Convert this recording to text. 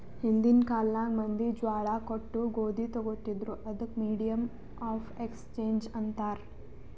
ಹಿಂದಿನ್ ಕಾಲ್ನಾಗ್ ಮಂದಿ ಜ್ವಾಳಾ ಕೊಟ್ಟು ಗೋದಿ ತೊಗೋತಿದ್ರು, ಅದಕ್ ಮೀಡಿಯಮ್ ಆಫ್ ಎಕ್ಸ್ಚೇಂಜ್ ಅಂತಾರ್